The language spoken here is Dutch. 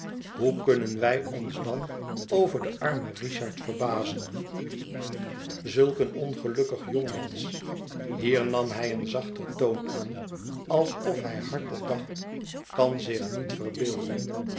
hoe kunnen wij ons dan over den armen richard verbazen zulk een ongelukkig jongmensch hier nam hij een zachter toon aan alsof hij hardop dacht kan zich niet verbeelden